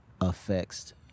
affects